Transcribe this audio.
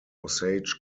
osage